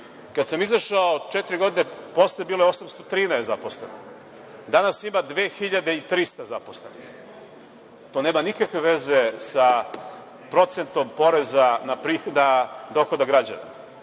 Kad sam izašao četiri godine posle, bilo je 813 zaposlenih. Danas ima 2.300 zaposlenih. To nema nikakve veze sa procentom poreza na dohodak građana,